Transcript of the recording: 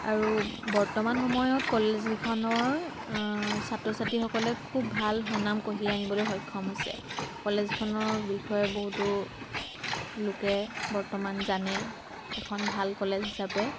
আৰু বৰ্তমান সময়ত কলেজ কেইখনৰ ছাত্ৰ ছাত্ৰীসকলে খুব ভাল সুনাম কঢ়িয়াই আনিবলৈ সক্ষম হৈছে কলেজ কেইখনৰ বিষয়ে বহুতো লোকে বৰ্তমান জানেই এখন ভাল কলেজ হিচাপে